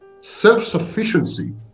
self-sufficiency